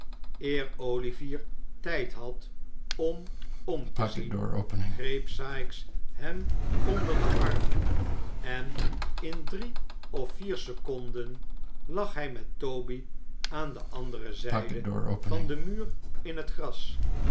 eer olivier tijd had om om te zien greep sikes hem onder de armen en in drie of vier seconden lag hij met toby aan de andere zijde van den muur in het gras